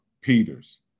Peters